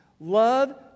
Love